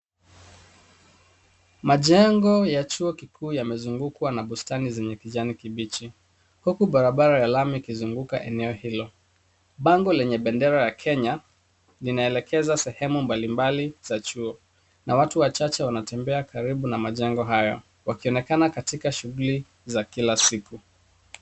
Majengo ya chuo kikuu yamezungukwa na bustani zenye kijani kibichi huku barabara ya lami ikizunguka eneo hilo. Bango lenye bendera ya Kenya linaelekeza sehemu mbalimbali za chuo na watu wachache wanatembea karibu na majengo haya wakionekana katika shughuli za kila siku.